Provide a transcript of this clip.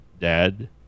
Dad